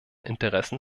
interessen